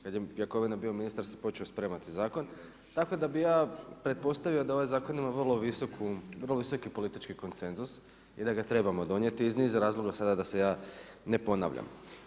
Kad je Jakovina bio ministar se počeo spremati zakon, tako da bih ja pretpostavio da ovaj zakon ima vrlo visoki politički konsenzus i da ga trebamo donijeti iz niz razloga sada da se ja ne ponavljam.